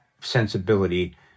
sensibility